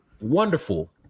wonderful